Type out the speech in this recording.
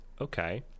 okay